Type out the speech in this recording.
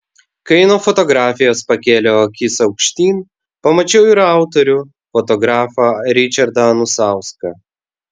kai nuo fotografijos pakėliau akis aukštyn pamačiau ir autorių fotografą ričardą anusauską